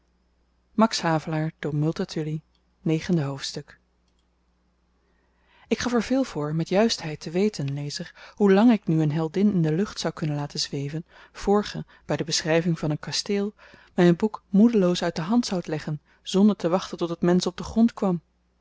negende hoofdstuk ik gaf er veel voor met juistheid te weten lezer hoe lang ik nu een heldin in de lucht zou kunnen laten zweven voor ge by de beschryving van een kasteel myn boek moedeloos uit de hand zoudt leggen zonder te wachten tot het mensch op den grond kwam